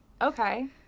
okay